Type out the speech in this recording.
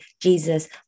Jesus